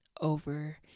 over